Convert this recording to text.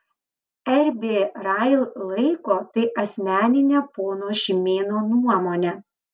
rb rail laiko tai asmenine pono šimėno nuomone